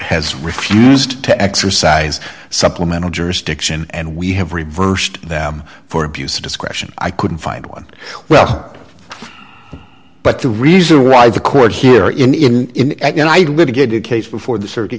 has refused to exercise supplemental jurisdiction and we have reversed them for abuse of discretion i couldn't find one well but the reason why the court here in united with a good case before the circuit